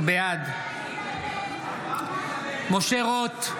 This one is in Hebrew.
בעד משה רוט,